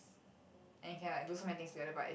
and can like do so many things together but it